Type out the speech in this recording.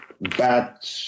bad